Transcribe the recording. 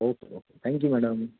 okay okay thank you madam